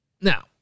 Now